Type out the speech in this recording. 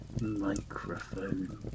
microphone